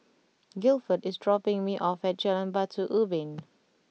Gilford is dropping me off at Jalan Batu Ubin